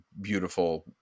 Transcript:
beautiful